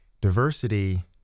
diversity